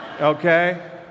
okay